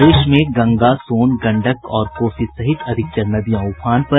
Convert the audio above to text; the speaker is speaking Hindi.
प्रदेश में गंगा सोन गंडक और कोसी सहित अधिकतर नदियां उफान पर